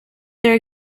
their